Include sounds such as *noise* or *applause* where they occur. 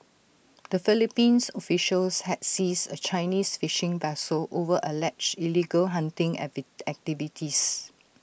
the Philippines officials had seized A Chinese fishing vessel over alleged illegal hunting *unintelligible* activities